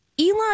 Elon